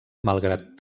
malgrat